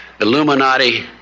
Illuminati